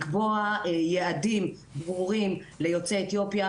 לקבוע יעדים ברורים ליוצאי אתיופיה,